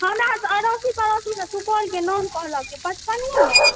हमरा तऽ अड़ोसी पड़ोसी सुपौलके नाम कहलक यऽ पचपनेमे